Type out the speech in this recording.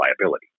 liability